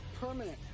Permanent